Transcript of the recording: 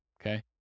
Okay